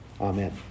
Amen